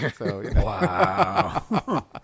Wow